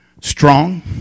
Strong